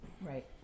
right